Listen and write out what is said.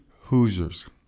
Hoosiers